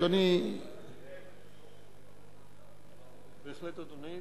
אדוני, בהחלט, אדוני.